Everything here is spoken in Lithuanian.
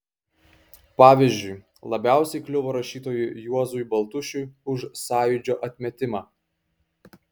pavyzdžiui labiausiai kliuvo rašytojui juozui baltušiui už sąjūdžio atmetimą